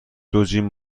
دوجین